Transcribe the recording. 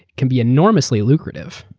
can be enormously lucrative.